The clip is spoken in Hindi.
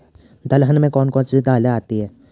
दलहन में कौन कौन सी दालें आती हैं?